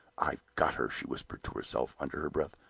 i've got her! she whispered to herself, under her breath.